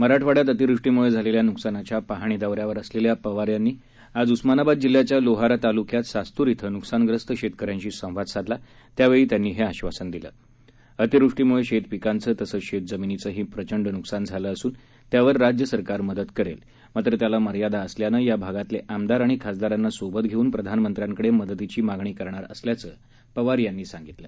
मराठवाड्यात अतिवृष्टीमुळे झालेल्या नुकसानाच्या पाहणी दौऱ्यावर असलेल्या पवार यांनी आज उस्मानाबाद जिल्ह्याच्या लोहारा तालुक्यात सास्तूर इथं नुकसानग्रस्त शेतकऱ्यांशी संवाद साधताना हे आश्वासन दिलं अतिवृष्टीमुळे शेत पिकांचं तसंच शेत जमिनीचंही प्रचंड नुकसान झालं असून त्यावर राज्य सरकार मदत करेल मात्र त्याला मर्यादा असल्यानं या भागातले आमदार आणि खासदारांना सोबत घेऊन प्रधानमंत्र्यांकडे मदतीची मागणी करणार असल्याचं पवार यांनी सांगितलं